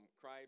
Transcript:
Cry